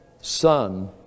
son